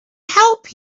help